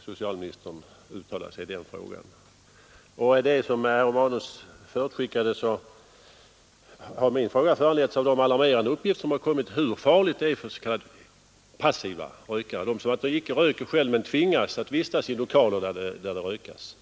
socialministern uttalade sig i den frågan. ; Som herr Romanus förutskickade har min fråga föranletts av de alarmerande uppgifter som kommit om hur farlig rökningen är för passiva rökare, alltså de som inte röker själva men tvingas att vistas i lokaler där det röks.